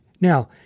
Now